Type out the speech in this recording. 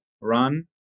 run